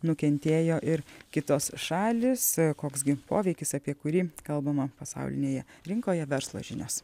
nukentėjo ir kitos šalys koks gi poveikis apie kurį kalbama pasaulinėje rinkoje verslo žinios